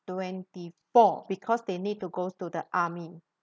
twenty four because they need to go to the army